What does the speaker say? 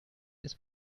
ist